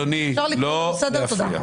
אדוני, לא להפריע.